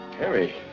Harry